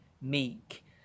meek